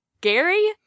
Gary